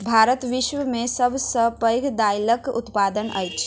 भारत विश्व में सब सॅ पैघ दाइलक उत्पादक अछि